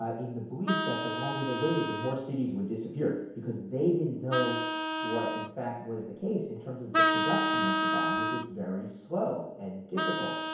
ah in the belief that the longer they waited, the more cities would disappear. because they didn't know what in fact was the case in terms of the production of the bomb, which was very slow and difficult.